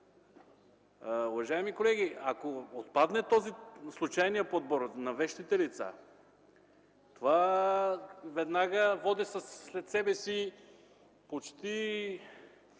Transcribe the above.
Уважаеми колеги, ако отпадне случайният подбор на вещите лица, това веднага води след себе си почти